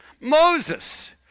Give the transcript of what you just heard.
Moses